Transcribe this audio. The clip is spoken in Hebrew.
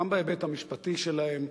גם בהיבט המשפטי שלהם,